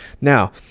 Now